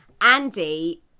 Andy